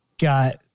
got